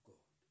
God